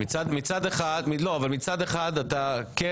מצד אחד אתה כן